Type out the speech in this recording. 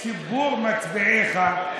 ואתה לא שירת את ציבור מצביעיך נכון.